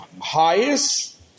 highest